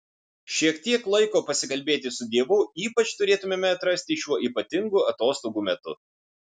šiek tiek laiko pasikalbėti su dievu ypač turėtumėme atrasti šiuo ypatingu atostogų metu